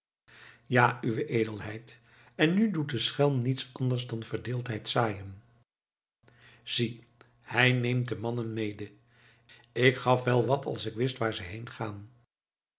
ja uwe edelheid en nu doet de schelm niets anders dan verdeeldheid zaaien zie hij neemt de mannen mede ik gaf wel wat als ik wist waar ze heengaan